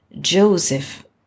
Joseph